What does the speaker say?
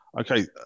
Okay